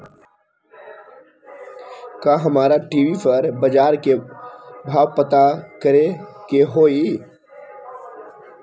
का हमरा टी.वी पर बजार के भाव पता करे के होई?